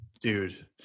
Dude